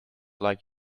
like